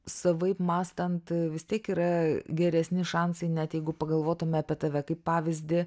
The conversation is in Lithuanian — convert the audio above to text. savaip mąstant vis tiek yra geresni šansai net jeigu pagalvotumėme apie tave kaip pavyzdį